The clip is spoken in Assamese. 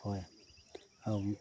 হয় আৰু